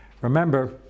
remember